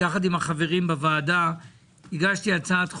יחד עם החברים בוועדה הגשתי הצעת חוק,